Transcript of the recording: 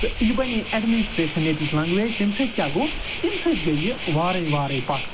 تہٕ یہِ بَنے اٮ۪ڈمِنِسٹریشَن ییٚتِچ لٮ۪نگوٮ۪ج تَمہِ سۭتۍ کیاہ گوٚو تَمہِ سۭتۍ گٔے یہِ وارَے وارَے پَتھ